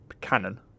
cannon